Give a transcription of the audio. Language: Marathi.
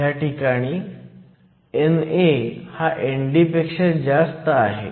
इथे NA ND आहे